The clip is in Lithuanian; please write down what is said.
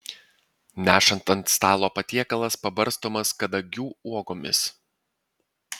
nešant ant stalo patiekalas pabarstomas kadagių uogomis